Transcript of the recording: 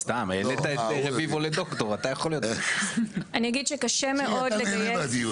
אני אגיד שקשה מאוד לגייס.